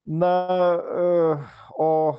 na o